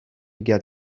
get